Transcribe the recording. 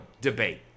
debate